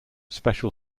special